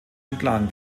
entlang